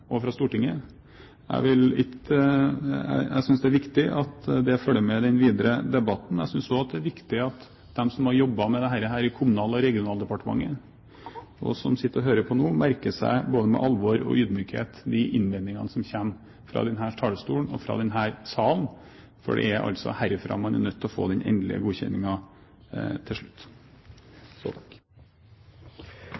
Jeg synes det er viktig at det følger med i den videre debatten. Jeg synes også det er viktig at de som har jobbet med dette i Kommunal- og regionaldepartementet, og som sitter og hører på nå, merker seg både med alvor og ydmykhet de innvendingene som kommer fra denne talerstolen, fra denne salen, for det er altså herfra man er nødt til å få den endelige godkjenningen til slutt.